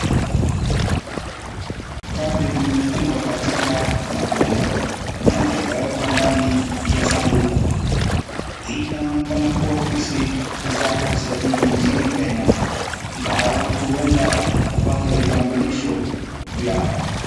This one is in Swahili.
Kadi zimefungwa katika mabunda na zikaekwa ndani ya sanduku. Hii inaonakana kuwa ofisi za usajili njini Kenya ambayo watu huenda kupata vitambulisho vyao.